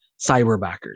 Cyberbackers